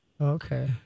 Okay